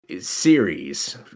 series